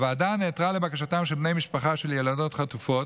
הוועדה נעתרה לבקשתם של בני משפחה של ילדות חטופות